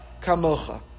Kamocha